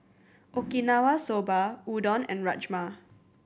Okinawa Soba Udon and Rajma